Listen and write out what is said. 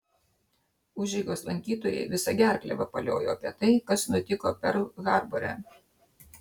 užeigos lankytojai visa gerkle vapaliojo apie tai kas nutiko perl harbore